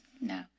No